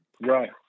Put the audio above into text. Right